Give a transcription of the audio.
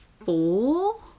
Four